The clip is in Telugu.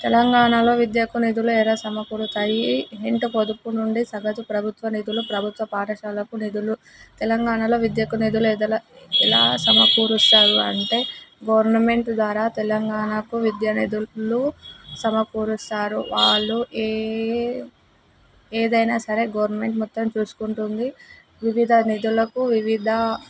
తెలంగాణలో విద్యుకు నిధులు ఎలా సమకూరుతాయి అంటే పొదుపు నుండి సహజ ప్రభుత్వ నిధులు ప్రభుత్వ పాఠశాలకు నిధులు తెలంగాణలో విద్యకు నిధుల ఎదల ఎలా సమకూరుస్తారు అంటే గవర్నమెంట్ ద్వారా తెలంగాణకు విద్యా నిధులు సమకూరుస్తారు వాళ్ళు ఏ ఏ ఏదైనా సరే గవర్నమెంట్ మొత్తం చూసుకుంటుంది వివిధ నిధులకు వివిధ